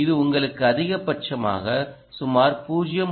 இது உங்களுக்கு அதிகபட்சமாக சுமார் 0